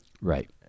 Right